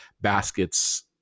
baskets